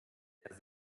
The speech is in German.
der